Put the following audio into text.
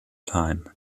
time